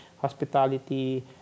hospitality